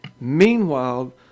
Meanwhile